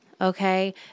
okay